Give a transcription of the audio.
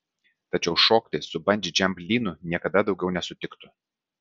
tačiau šokti su bandži džamp lynu niekada daugiau nesutiktų